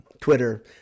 Twitter